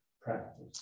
practice